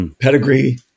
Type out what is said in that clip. pedigree